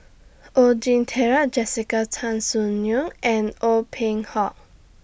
Oon Jin Jessica Tan Soon Neo and Ong Peng Hock